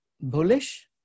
bullish